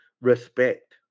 Respect